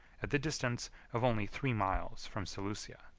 at the distance of only three miles from seleucia.